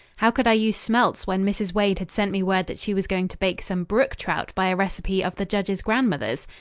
how could i use smelts when mrs. wade had sent me word that she was going to bake some brook trout by a recipe of the judge's grandmother's?